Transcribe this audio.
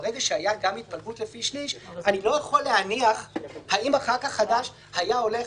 אבל ברגע שאתה מגיע למצב הזה אתה גורם לזה שחבר כנסת שנכנס,